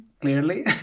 Clearly